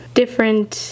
different